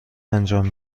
انجام